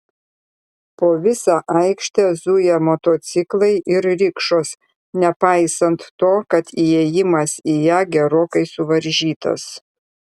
po visą aikštę zuja motociklai ir rikšos nepaisant to kad įėjimas į ją gerokai suvaržytas